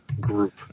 group